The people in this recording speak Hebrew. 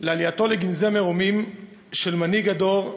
לעלייתו לגנזי מרומים של מנהיג הדור,